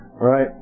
right